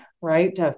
right